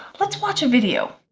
let's watch a video.